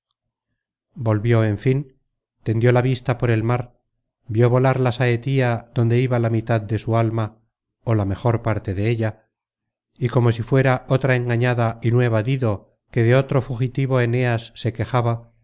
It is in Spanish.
volvió en fin tendió la vista por el mar vió volar la saetía donde iba la mitad de su alma ó la mejor parte della y como si fuera otra engañada y nueva dido que de otro fugitivo enéas se quejaba